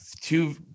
two